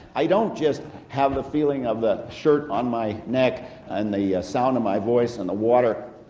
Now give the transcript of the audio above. i don't just have the feeling of the shirt on my neck and the sound of my voice and the water